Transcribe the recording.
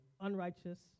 unrighteous